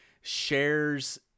shares